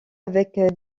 avec